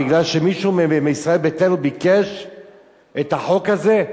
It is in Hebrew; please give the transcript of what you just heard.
מפני שמישהו מישראל ביתנו ביקש את החוק הזה?